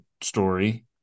story